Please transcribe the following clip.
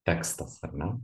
tekstas ar ne